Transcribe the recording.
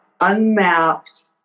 unmapped